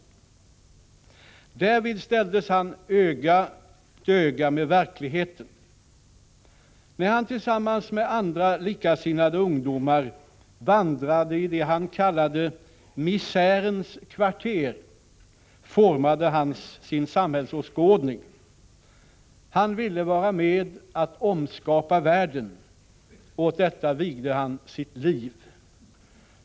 Därvid ställdes han öga mot öga med verkligheten. När han tillsammans med andra likasinnade ungdomar vandrade i det han kallade ”misärens kvarter” formade han sin samhällsåskådning — han ville vara med att omskapa världen — och åt detta vigde han sitt liv.